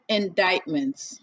indictments